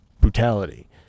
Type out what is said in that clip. brutality